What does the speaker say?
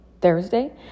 Thursday